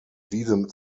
diesem